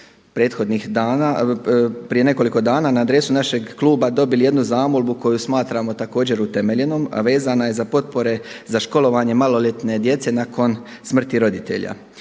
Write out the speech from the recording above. prije nekoliko dana na adresu našeg kluba dobili jednu zamolbu koju smatramo također utemeljenom a vezana je za potpore za školovanje maloljetne djece nakon smrti roditelja.